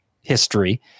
history